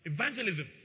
Evangelism